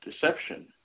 deception